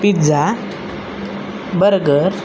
pizza burger